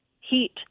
heat